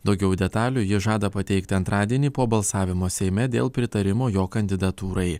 daugiau detalių jis žada pateikti antradienį po balsavimo seime dėl pritarimo jo kandidatūrai